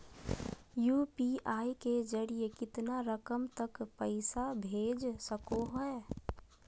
UPI के जरिए कितना रकम तक पैसा भेज सको है?